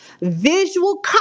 visual